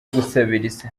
gusabiriza